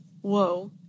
whoa